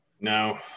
No